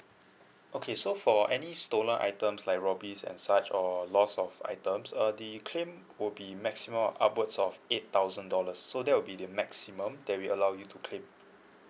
okay so for any stolen items like robbery and such or loss of items err the claim would be maximum upwards of eight thousand dollars so that will be the maximum that we allow you to claim